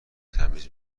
تمیز